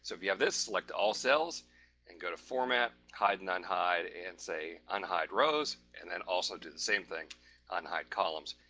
so if you have this select all cells and go to format hide and unhide and say unhide rows. and then also do the same thing unhide columns.